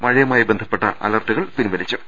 മഴയുമായി ബന്ധപ്പെട്ട അലർട്ടുകളും പിൻവലിച്ചു